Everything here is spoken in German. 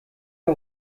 ihr